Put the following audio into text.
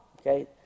Okay